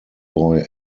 boy